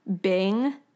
Bing